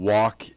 Walk